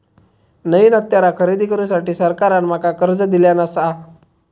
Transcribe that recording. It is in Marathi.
नईन हत्यारा खरेदी करुसाठी सरकारान माका कर्ज दिल्यानं आसा